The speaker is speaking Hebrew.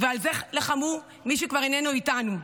ועל זה לחמו מי שכבר איננו איתנו.